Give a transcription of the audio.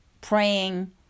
praying